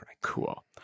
Cool